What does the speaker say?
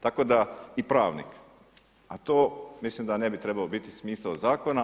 Tako da i pravnik, a to mislim da ne bi trebalo biti smisao zakona.